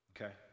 okay